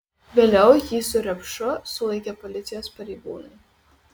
vėliau jį su repšu sulaikė policijos pareigūnai